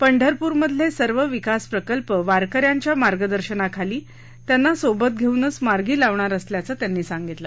पंढरपुरमधले सर्व विकास प्रकल्प वारक यांच्या मार्गदर्शनाखाली त्यांना सोबत घेऊनच मार्गी लावणार असल्याचं त्यांनी सांगितलं